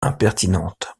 impertinente